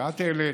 ואת העלית